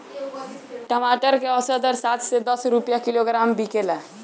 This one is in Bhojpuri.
टमाटर के औसत दर सात से दस रुपया किलोग्राम बिकला?